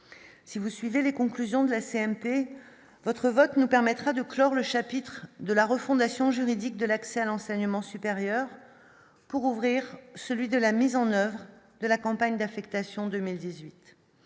Si vous suivez les conclusions de la CMP votre vote nous permettra de clore le chapitre de la refondation juridique de l'accès à l'enseignement supérieur pour ouvrir celui de la mise en oeuvre de la campagne d'affectation 2018,